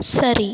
சரி